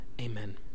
Amen